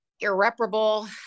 irreparable